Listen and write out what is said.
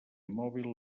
mòbil